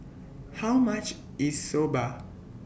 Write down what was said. How much IS Soba